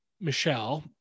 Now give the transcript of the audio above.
Michelle